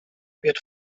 wird